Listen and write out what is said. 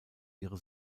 ihre